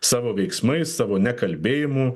savo veiksmais savo nekalbėjimu